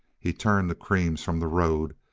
he turned the creams from the road,